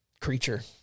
creature